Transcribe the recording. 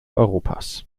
europas